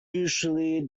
usually